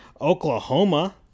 Oklahoma